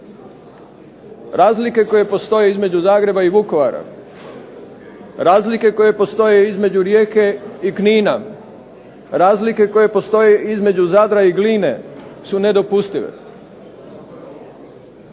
Razlike koje postoje između Zagreba i Vukovara, razlike koje postoje između Rijeke i Knina, razlike koje postoje između Zadra i Gline su nedopustive.